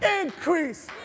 increase